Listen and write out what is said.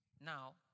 Now